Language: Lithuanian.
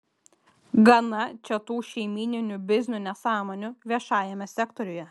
gana čia tų šeimyninių biznių nesąmonių viešajame sektoriuje